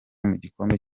mugikombe